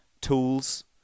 Tools